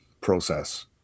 process